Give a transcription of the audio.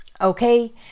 okay